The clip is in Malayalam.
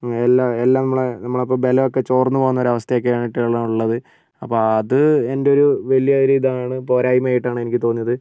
എല്ലാം എല്ലാം നമ്മളെ നമ്മളപ്പോൾ ബലമൊക്കെ ചോർന്ന് പോവുന്ന ഒരവസ്ഥയൊക്കെ ആയിട്ടാണുള്ളത് അപ്പോൾ അത് എൻറ്റെയൊരു വലിയൊരു ഇതാണ് പോരായ്മയായിട്ടാണ് എനിക്ക് തോന്നിയത്